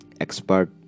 expert